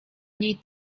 niej